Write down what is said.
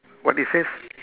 what it says